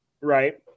right